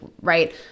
right